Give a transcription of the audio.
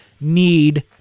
need